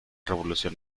revolución